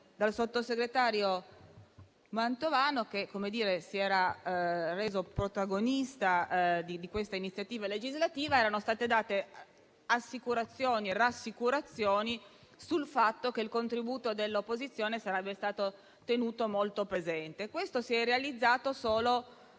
Dal sottosegretario Mantovano, che si era reso protagonista di questa iniziativa legislativa, erano state date assicurazioni e rassicurazioni sul fatto che il contributo dell'opposizione sarebbe stato tenuto molto presente. Questo si è realizzato solo